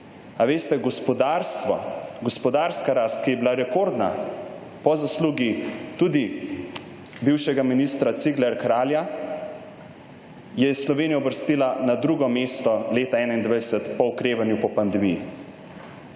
A veste, gospodarstvo, gospodarska rast, ki je bila rekordna po zaslugi tudi bivšega ministra Cigler Kralja, je Slovenijo uvrstila na drugo mesto leta 2021 po okrevanju po pandemiji.